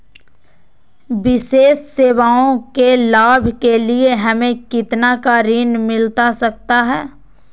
विशेष सेवाओं के लाभ के लिए हमें कितना का ऋण मिलता सकता है?